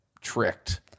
tricked